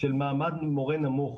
של מעמד מורה נמוך.